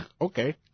Okay